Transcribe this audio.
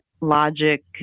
logic